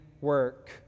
work